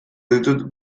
ditut